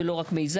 ולא רק מיזם.